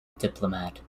diplomat